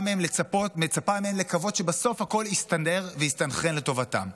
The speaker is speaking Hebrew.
מהם לקוות שבסוף הכול יסתדר ויסתנכרן לטובתם.